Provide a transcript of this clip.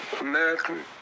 American